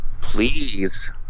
please